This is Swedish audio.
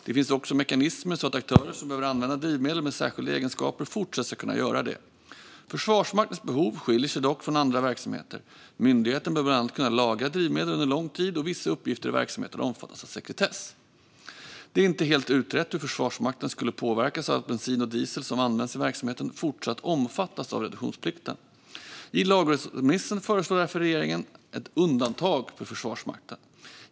Det finns också mekanismer så att aktörer som behöver använda drivmedel med särskilda egenskaper fortsatt ska kunna göra det. Försvarsmaktens behov skiljer sig dock från andra verksamheter. Myndigheten behöver bland annat kunna lagra drivmedel under lång tid, och vissa uppgifter i verksamheten omfattas av sekretess. Det är inte helt utrett hur Försvarsmakten skulle påverkas av att bensin och diesel som används i verksamheten fortsatt omfattas av reduktionsplikten. I lagrådsremissen föreslår regeringen därför ett undantag för Försvarsmakten.